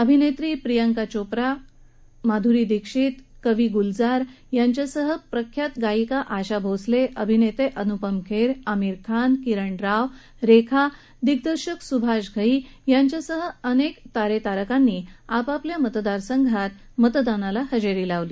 अभिनेत्री प्रियांका चोप्रा माधुरी दीक्षित कवी गुलजार यांच्यासह प्रख्यात गायिका आशा भोसले अभिनेते अनुपम खेर आमिर खान किरण राव रेखा दिग्दर्शक सुभाष घई यांच्यासह अनेक तारेतारकांनीही आपापल्या मतदारसंघात मतदानाला हजेरी रावली